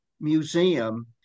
museum